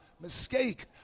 Mistake